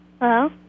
Hello